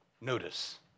notice